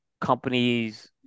companies